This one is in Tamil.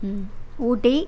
ஊட்டி